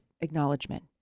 acknowledgement